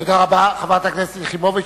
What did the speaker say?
תודה רבה, חברת הכנסת יחימוביץ.